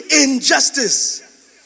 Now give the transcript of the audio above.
injustice